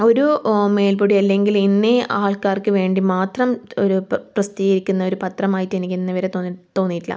ഒരു മേൽപ്പൊടി അല്ലെങ്കിൽ ഇന്ന ആൾക്കാർക്ക് വേണ്ടി മാത്രം ഒരു പ്രസിദ്ധീകരിക്കുന്ന ഒരു പത്രമായിട്ട് എനിക്ക് ഇന്ന് വരെ തോന്നിയിട്ടില്ല